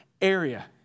area